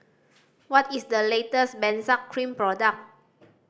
what is the latest Benzac Cream product